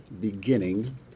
beginning